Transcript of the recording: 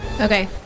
Okay